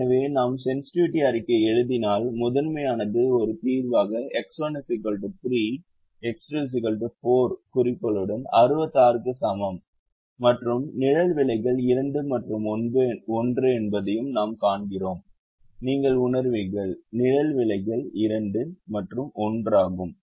எனவே நாம் சென்ஸ்ட்டிவிட்டி அறிக்கையை எழுதினால் முதன்மையானது ஒரு தீர்வாக X1 3 X2 4 குறிக்கோளுடன் 66 க்கு சமம் மற்றும் நிழல் விலைகள் 2 மற்றும் 1 என்பதையும் நாம் காண்கிறோம் நீங்கள் உணருவீர்கள் நிழல் விலைகள் 2 மற்றும் 1 ஆகும்